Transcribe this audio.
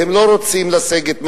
והם לא רוצים לסגת מהשטחים,